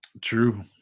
True